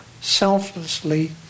selflessly